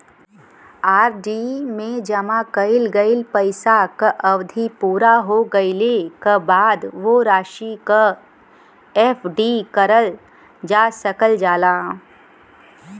RD में जमा कइल गइल पइसा क अवधि पूरा हो गइले क बाद वो राशि क एफ.डी करल जा सकल जाला